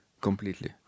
completely